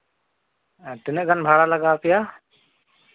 ᱟᱨ ᱛᱤᱱᱟᱹᱜ ᱜᱟᱱ ᱵᱷᱟᱲᱟ ᱞᱟᱜᱟᱣ ᱯᱮᱭᱟ